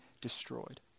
destroyed